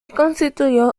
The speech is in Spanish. constituyó